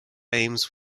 aims